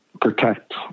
protect